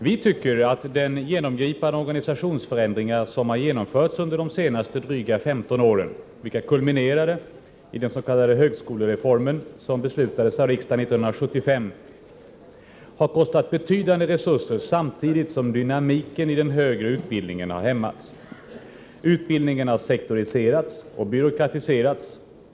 Vi tycker att de genomgripande organisationsförändringar som har genomförts under de senaste dryga 15 åren, vilka kulminerade i den s.k. högskolereformen, som beslutades av riksdagen 1975, har kostat betydande resurser, samtidigt som dynamiken i den högre utbildningen har hämmats. Utbildningen har sektoriserats och byråkratiserats.